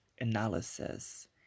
analysis